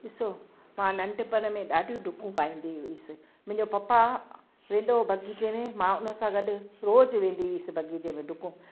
ॾिसो मां नंढपण में ॾाढियूं डुकूं पाईंदी हुअसि मुंहिंजो पपा वेंदो हुओ बाग़ीचे में मां उन सां गॾु रोजु वेंदी हुअसि बाग़ीचे में डुकूं